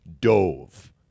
dove